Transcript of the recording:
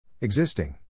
Existing